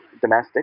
domestic